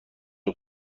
خبر